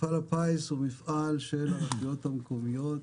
מפעל הפיס הוא מפעל של הרשויות המקומיות,